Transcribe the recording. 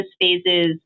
phases